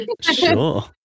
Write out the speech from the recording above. Sure